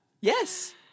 Yes